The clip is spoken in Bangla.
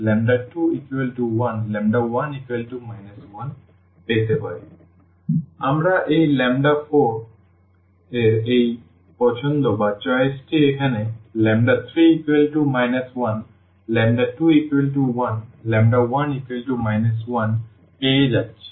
সুতরাং আমরা এই 4 এর এই পছন্দটি এখানে 3 1211 1 পেয়ে যাচ্ছি